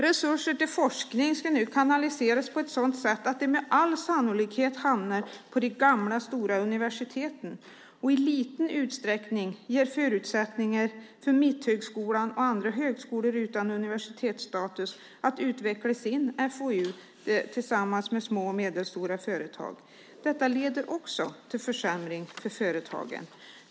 Resurser till forskning ska nu kanaliseras på ett sådant sätt att de med all sannolikhet hamnar på de gamla stora universiteten och i liten utsträckning ger förutsättningar för Mitthögskolan och andra högskolor utan universitetsstatus att utveckla sin FoU tillsammans med små och medelstora företag. Detta leder också till en försämring för företagen.